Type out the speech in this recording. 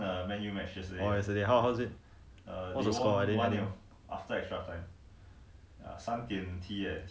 !whoa! oh yesterday how how was it